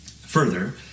Further